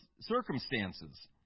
circumstances